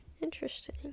Interesting